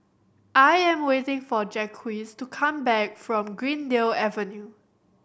I am waiting for Jacquez to come back from Greendale Avenue